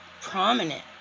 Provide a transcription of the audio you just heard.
prominent